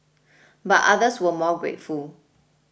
but others were more grateful